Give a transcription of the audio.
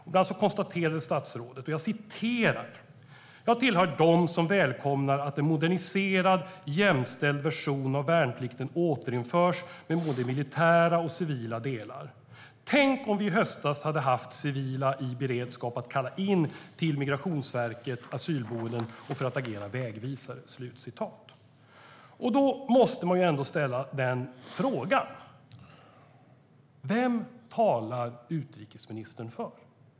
Bland annat konstaterade statsrådet följande: "Jag tillhör dem som välkomnar att en moderniserad, jämställd version av värnplikten återinförs, med både militära och civila delar. Tänk om vi i höstas hade haft civila i beredskap att kalla in, till Migrationsverket, asylboenden och för att agera vägvisare." Man måste ställa frågan: Vem talar utrikesministern för?